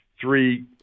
three